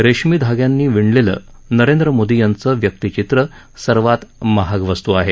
रेश्मी धाग्यांनी विणलेलं नरेंद्र मोदी यांचं व्यक्तिचित्र सर्वात महाग वस्तू आहे